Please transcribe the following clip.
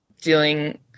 dealing